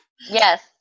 Yes